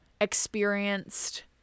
experienced